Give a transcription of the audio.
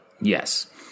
Yes